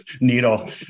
needle